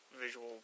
visual